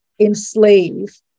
enslave